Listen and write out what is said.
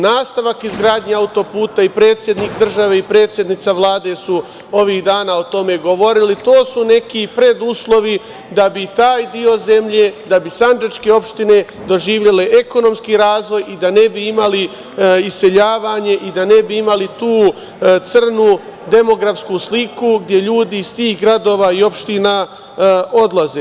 Nastavak izgradnje auto-puta i predsednik države i predsednica Vlade su ovih dana o tome govorili, to su neki preduslovi da bi taj deo zemlje, da bi sandžačke opštine doživele ekonomski razvoj i da ne bi imali iseljavanje i da ne bi imali tu crnu demografsku sliku gde ljudi iz tih gradova i opština odlaze.